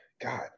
God